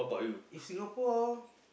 if Singapore